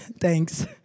thanks